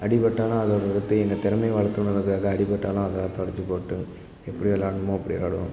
அடிப்பட்டாலும் அது ஒரு எங்கள் திறமையை வளர்த்துக்கணுங்கிறதுக்காக அடிப்பட்டாலும் அதை துடைச்சி போட்டு எப்படி விளாட்ணுமோ அப்படி விளாடுவோம்